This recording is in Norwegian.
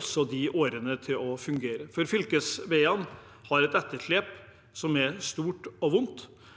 også disse årene til å fungere. Fylkesveiene har et etterslep som er stort og vondt,